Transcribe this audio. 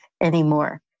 anymore